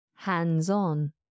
hands-on